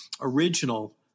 original